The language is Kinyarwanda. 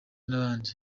n’abandi